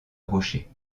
rocher